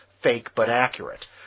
fake-but-accurate